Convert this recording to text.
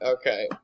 okay